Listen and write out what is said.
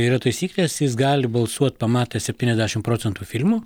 yra taisyklės jis gali balsuot pamatęs septyniasdešim procentų filmo